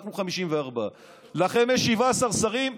אנחנו 54. לכם יש 17 שרים,